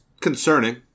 concerning